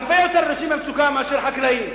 הרבה יותר אנשים במצוקה מאשר חקלאים.